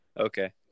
Okay